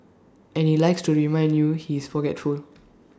and he likes to remind you he is forgetful